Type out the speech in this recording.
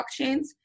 blockchains